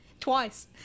Twice